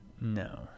No